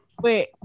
Wait